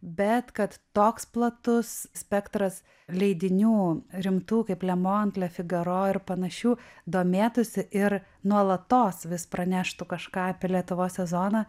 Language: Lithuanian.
bet kad toks platus spektras leidinių rimtų kaip le mont le figaro ir panašių domėtųsi ir nuolatos vis praneštų kažką apie lietuvos sezoną